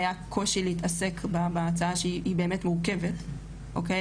היה קושי להתעסק בהצעה שהיא באמת מורכבת אוקיי?